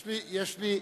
יש לי,